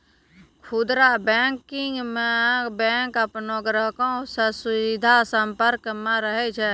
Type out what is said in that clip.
खुदरा बैंकिंग मे बैंक अपनो ग्राहको से सीधा संपर्क मे रहै छै